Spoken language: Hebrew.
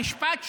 המשפט שאמרת,